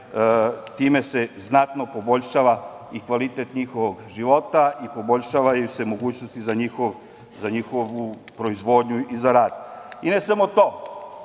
time se znatno poboljšava i kvalitet njihovog života i poboljšavaju se mogućnosti za njihovu proizvodnju i za rad.I ne samo to,